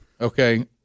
okay